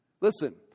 Listen